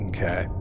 Okay